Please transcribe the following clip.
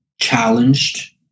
challenged